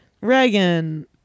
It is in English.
Reagan